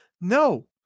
No